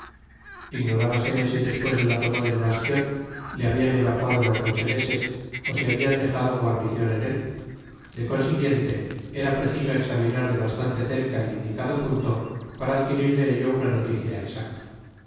primeros ignorábase si despues de la toma del bastion le habian evacuado los rocheleses ó si habian dejado guarnicion en él de consiguiente era preciso examinar de bastante cerca el indicado punto para adquirir de ello una noticia exacta